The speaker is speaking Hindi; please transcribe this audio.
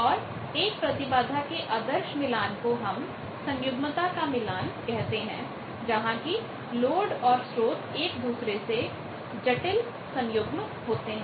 और एक प्रतिबाधा के आदर्श मिलान को हम सन्युग्मता का मिलान कहते हैं जहां की लोड तथा स्रोत एक दूसरे के जटिल सन्युग्म होते हैं